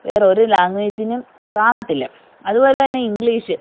വേറൊരു ലാങ്വേജിനും കാണത്തില്ല അതുപോലെത്തന്നെ ഇങ്ക്ളീഷ്